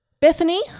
Bethany